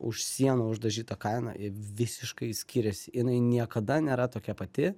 už sienų uždažyta kaina ji visiškai skiriasi jinai niekada nėra tokia pati